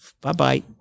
bye-bye